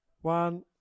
One